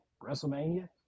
WrestleMania